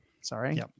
Sorry